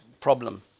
problem